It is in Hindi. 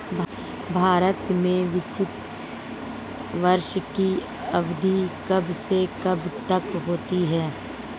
भारत में वित्तीय वर्ष की अवधि कब से कब तक होती है?